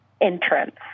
entrance